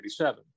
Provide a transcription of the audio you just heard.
1987